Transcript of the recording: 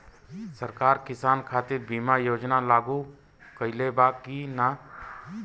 सरकार किसान खातिर बीमा योजना लागू कईले बा की ना?